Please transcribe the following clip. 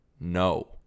No